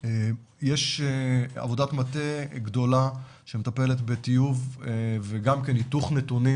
יש עבודת מטה גדולה שמטפלת בטיוב וגם היתוך נתונים